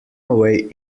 away